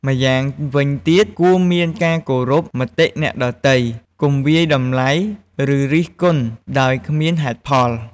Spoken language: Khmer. ម្យ៉ាងវិញទៀតគួរមានការគោរពមតិអ្នកដ៏ទៃ កុំវាយតម្លៃឬរិះគន់ដោយគ្មានហេតុផល។